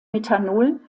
methanol